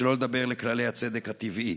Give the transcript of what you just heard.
שלא לדבר על כללי הצדק הטבעי.